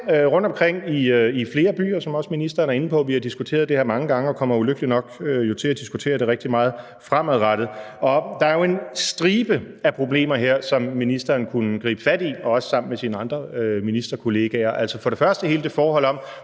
rundtomkring i flere byer, som også ministeren er inde på. Vi har diskuteret det her mange gange og kommer ulykkeligvis nok til at diskutere det rigtig meget fremadrettet. Der er jo en stribe af problemer her, som ministeren kunne gribe fat i, også sammen med sine andre ministerkolleger. Det gælder for det første hele det forhold om,